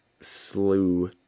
slew